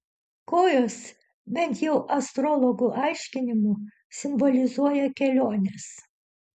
kojos bent jau astrologų aiškinimu simbolizuoja keliones